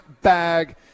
Bag